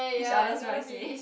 each other's bridesmaid